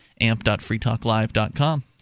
amp.freetalklive.com